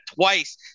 twice